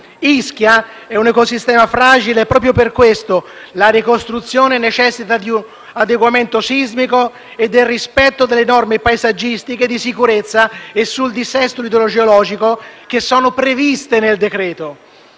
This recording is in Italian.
Ischia è un ecosistema fragile e proprio per questo la ricostruzione necessita di un adeguamento sismico e del rispetto delle norme paesaggistiche, di sicurezza e sul dissesto idrogeologico, che sono previste nel